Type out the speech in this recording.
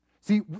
See